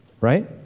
Right